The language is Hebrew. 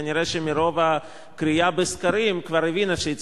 שכנראה מרוב הקריאה בסקרים כבר הבינה שהיא